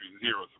zero